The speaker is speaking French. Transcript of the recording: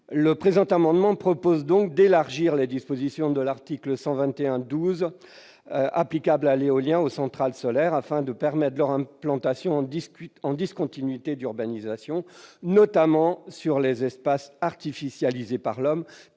Le présent amendement vise donc d'élargir les dispositions de l'article L. 121-12 applicables à l'éolien aux centrales solaires, afin de permettre leur implantation en discontinuité d'urbanisation, notamment sur des espaces artificialisés par l'homme,